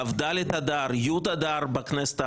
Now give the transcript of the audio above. כ"ד אדר, י' אדר בכנסת האחרונה,